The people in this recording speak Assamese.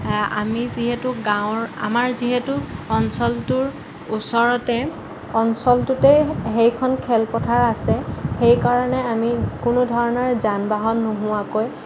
আমি যিহেতু গাৱঁৰ আমাৰ যিহেতু অঞ্চলটোৰ ওচৰতে অঞ্চলটোতে সেইখন খেলপথাৰ আছে সেইকাৰণে আমি কোনো ধৰণৰ যান বাহন নোহোৱাকৈ